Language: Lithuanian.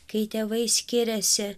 kai tėvai skiriasi